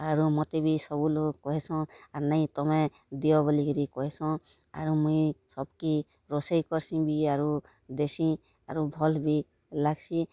ଆରୁ ମୋତେ ବି ସବୁ ଲୋକ୍ କହେସନ୍ ଆର୍ ନାଇଁ ତୁମେ ଦିଅ ବଲିକରି କହେସନ୍ ଆର୍ ମୁଇଁ ସବ୍କେ ରୋଷେଇ କରସିଁ ବି ଆରୁ ଦେସିଁ ଆରୁ ଭଲ୍ ବି ଲାଗ୍ସି